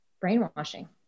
brainwashing